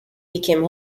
became